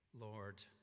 Lord